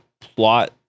plot